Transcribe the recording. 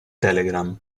telegram